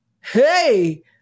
Hey